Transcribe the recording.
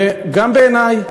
גם בעיני,